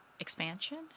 expansion